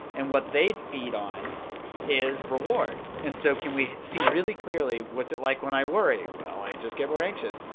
and what they'd feed on is reward and so can we see really clearly, what's it like when i worry? well, i just get more anxious.